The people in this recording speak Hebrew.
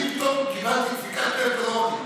אני פתאום קיבלתי דפיקת לב כזאת,